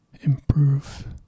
improve